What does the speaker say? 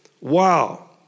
Wow